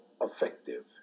effective